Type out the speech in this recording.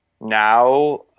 now